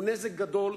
הוא נזק גדול,